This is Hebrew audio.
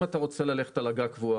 אם אתה רוצה ללכת על אגרה קבועה,